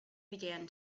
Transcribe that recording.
began